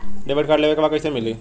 Debit card लेवे के बा कईसे मिली?